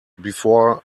before